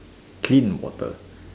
clean water